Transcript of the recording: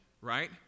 right